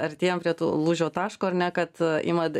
artėjam prie tų lūžio taško ar ne kad imat